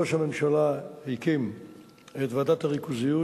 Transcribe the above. ראש הממשלה הקים את ועדת הריכוזיות,